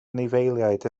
anifeiliaid